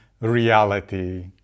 reality